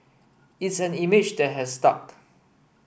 it's an image that has stuck